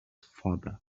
father